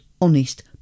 honest